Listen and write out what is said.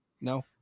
no